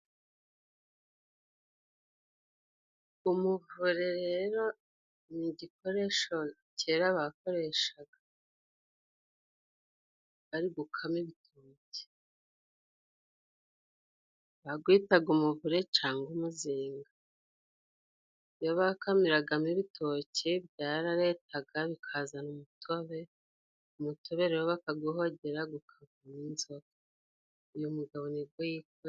Umuvure rero ni igikoresho kera bakoreshaga bari gukama ibitoki， bagwitaga umuvure cyangwa umuzinga. Iyo bakamiragamo ibitoki byararetaga bikazana umutobe，umutobe rero bakaguhongera gukavamo inzoga. Uyu mugabo nibwo....